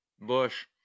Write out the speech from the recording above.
bush